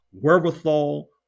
wherewithal